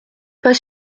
pas